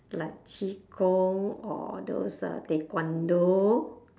like qi-gong or those uh taekwondo